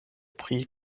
pri